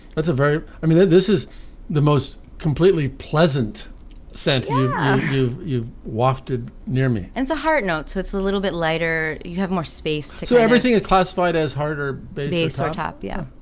that's a very. i mean, this is the most completely pleasant scent wafted near me and so hard notes so it's a little bit lighter. you have more space where everything is classified as harder bulbasaur top. yeah.